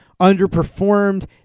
Underperformed